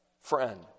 friend